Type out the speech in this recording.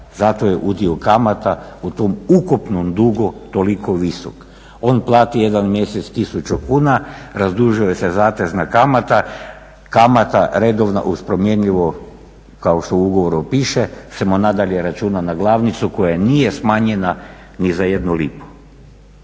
zato je udio kamata u tom ukupnom dugu toliko visok. On plati jedan mjesec tisuću kuna, razdužuje se zatezna kamata, kamata redovna uz promjenjivu kao što u ugovoru piše mu se nadalje računa na glavnicu koja nije smanjena ni za jednu lipu.